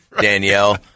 Danielle